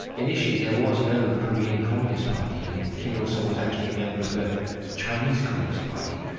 initially there was no korean communist party, and kim il-sung was actually a member of the chinese communist party,